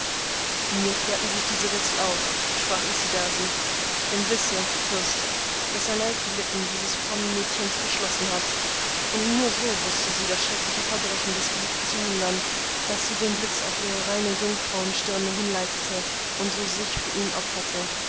mir klärten sich die rätsel auf sprach isidasi denn wisse fürst daß ein eid die lippen dieses frommen mädchens verschlossen hat und nur so wußte sie das schreckliche verbrechen des geliebten zu hindern daß sie den blitz auf ihre reine jungfrauenstirne hinleitete und so sich für ihn opferte